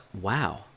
wow